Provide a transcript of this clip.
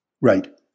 Right